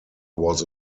was